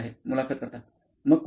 मुलाखत कर्ता मग कुठेही